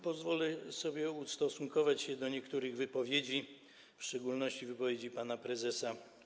Pozwolę sobie ustosunkować się do niektórych wypowiedzi, w szczególności wypowiedzi pana prezesa.